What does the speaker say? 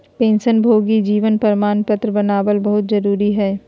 पेंशनभोगी जीवन प्रमाण पत्र बनाबल बहुत जरुरी हइ